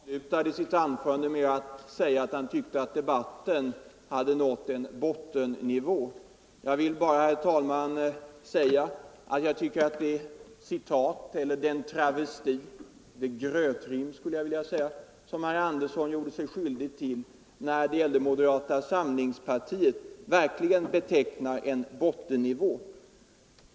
Herr talman! Herr Sivert Andersson i Stockholm avslutade sitt anförande med att säga att han tyckte att debatten hade nått en bottennivå. Jag vill bara, herr talman, säga att jag tycker att den travesti — jag skulle vilja kalla det grötrim — som herr Andersson gjorde sig skyldig till när det gällde moderata samlingspartiet verkligen betecknar en bottennivå.